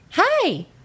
Hi